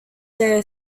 their